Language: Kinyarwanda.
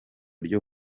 ryo